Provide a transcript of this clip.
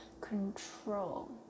control